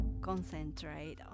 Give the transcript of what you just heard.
concentrate